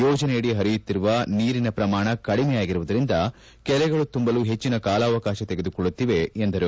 ಯೋಜನೆಯಡಿ ಪರಿಯುತ್ತಿರುವ ನೀರಿನ ಪ್ರಮಾಣ ಕಡಿಮೆಯಾಗಿರುವುದರಿಂದ ಕೆರೆಗಳು ತುಂಬಲು ಹೆಚ್ಚಿನ ಕಾಲಾವಕಾಶ ತೆಗೆದುಕೊಳ್ಳುತ್ತಿದೆ ಎಂದರು